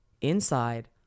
inside